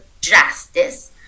justice